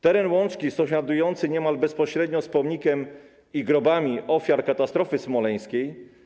Teren łączki sąsiaduje niemal bezpośrednio z pomnikiem i grobami ofiar katastrofy smoleńskiej.